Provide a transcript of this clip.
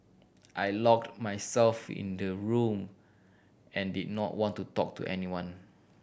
I locked myself in the room and did not want to talk to anyone